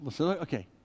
Okay